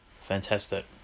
Fantastic